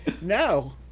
No